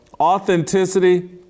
Authenticity